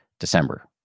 December